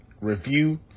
review